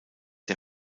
der